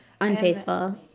unfaithful